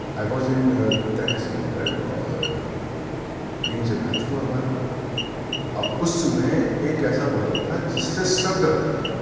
اور ٹیم سے میچ ہوا ہمارا اور اس میں ایک ایسا بالر تھا جس سے سب ڈرتے تھے